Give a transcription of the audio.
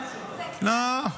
לא.